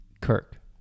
Kirk